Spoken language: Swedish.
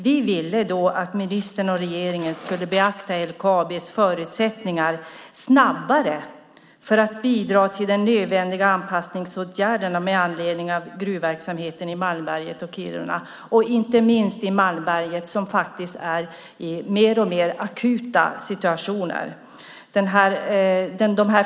Vi ville att ministern och regeringen snabbare skulle beakta LKAB:s förutsättningar för att bidra till de nödvändiga anpassningsåtgärderna med anledning av gruvverksamheten i Malmberget och Kiruna. Det gäller inte minst i Malmberget, där situationen är alltmer akut.